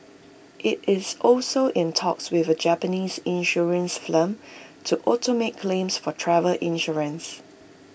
IT is also in talks with A Japanese insurance firm to automate claims for travel insurance